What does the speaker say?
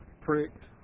pricked